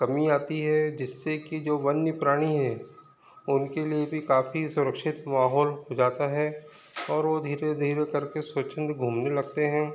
कमी आती है जिससे कि जो वन्य प्राणी है उनके लिए भी काफ़ी सुरक्षित माहौल जाता है और वो धीरे धीरे करके स्वच्छंद घूमने लगते हैं